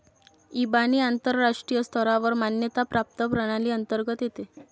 इबानी आंतरराष्ट्रीय स्तरावर मान्यता प्राप्त प्रणाली अंतर्गत येते